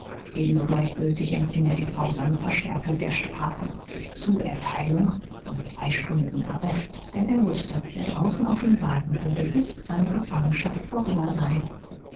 ebenso gleichgültig empfing er die grausame verschärfung der strafe durch zuerteilung von zwei stunden arrest denn er wußte wer draußen auf ihn warten würde bis seine gefangenschaft vorüber sei